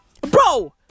bro